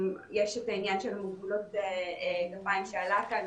יש את העניין של מוגבלות גפיים שעלה כאן,